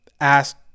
ask